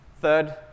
Third